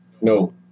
no